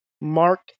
Mark